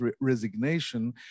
resignation